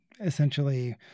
essentially